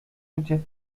ludzie